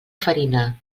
farina